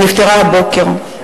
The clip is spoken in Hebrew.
שנפטרה הבוקר,